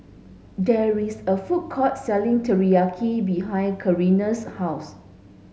there is a food court selling Teriyaki behind Catrina's house